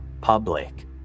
public